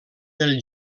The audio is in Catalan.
del